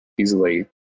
easily